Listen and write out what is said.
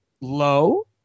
low